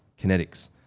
Kinetics